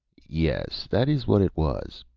yes, that is what it was.